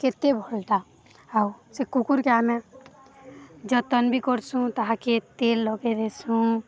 କେତେ ଆଉ ସେ କୁକୁରକୁ ଆମେ ଯତ୍ନ ବି କରୁ ତାହାକୁ ତେଲ ଲଗେଇ ଦେଉ